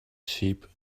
sheep